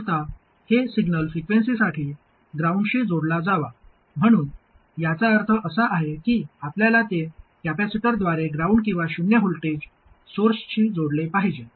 मूलत हे सिग्नल फ्रिक्वेन्सीसाठी ग्राउंडशी जोडला जावा म्हणून याचा अर्थ असा आहे की आपल्याला ते कपॅसिटरद्वारे ग्राउंड किंवा शून्य व्होल्टेज सोर्सशी जोडले पाहिजे